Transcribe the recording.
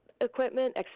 equipment